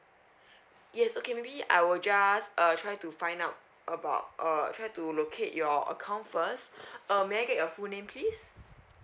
yes okay maybe I will just uh try to find out about uh try to locate your account first uh may I get your full name please